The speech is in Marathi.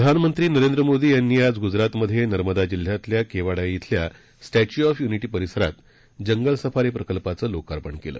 प्रधानमंत्री नरेंद्र मोदी यांनी आज गुजरातमध्ये नर्मदा जिल्ह्यातल्या केवाडिया श्विल्या स्टॅच्यू ऑफ युनिटी परिसरात जंगल सफारी प्रकल्पाचं लोकार्पण केलं